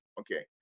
okay